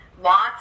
lots